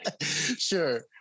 sure